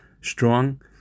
strong